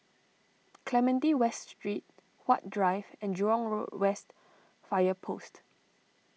Clementi West Street Huat Drive and Jurong West Fire Post